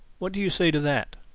what do you say to that?